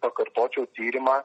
pakartočiau tyrimą